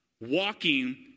walking